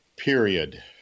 Period